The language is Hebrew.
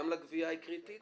גם לגבייה היא קריטית